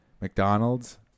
McDonald's